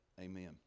Amen